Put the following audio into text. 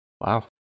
wow